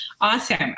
awesome